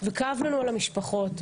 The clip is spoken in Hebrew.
וכאב לנו על המשפחות.